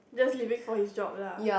just leaving for his job lah